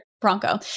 Bronco